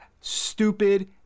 Stupid